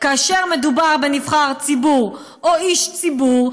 כאשר מדובר בנבחר ציבור או איש ציבור,